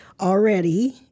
already